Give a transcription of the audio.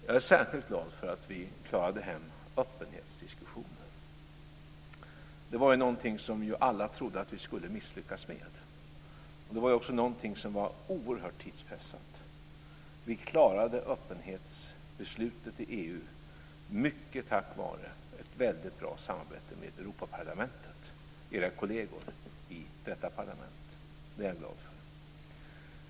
Jag är särskilt glad för att vi klarade hem öppenhetsdiskussionen. Det var någonting som vi alla trodde att vi skulle misslyckas med. Det var också någonting som var oerhört tidspressat. Vi klarade öppenhetsbeslutet i EU mycket tack vare ett bra samarbete med Europaparlamentet, era kolleger i detta parlament. Det är jag glad för.